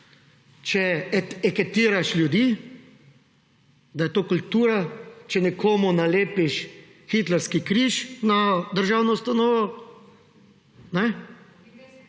če etiketiraš ljudi, da je to kultura, če nekomu nalepiš hitlerjanski križ na državno ustanovo.